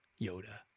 Yoda